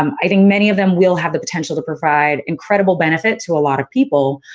um i think many of them will have the potential to provide incredible benefit to a lot of people,